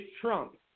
Trump